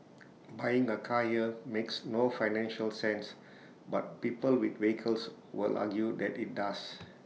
buying A car here makes no financial sense but people with vehicles will argue that IT does